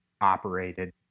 operated